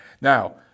Now